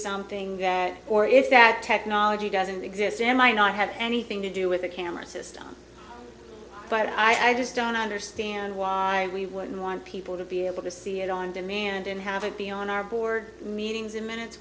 something that or if that technology doesn't exist am i not had anything to do with a camera system but i just don't understand why we wouldn't want people to be able to see it on demand and have it be on our board meetings in minutes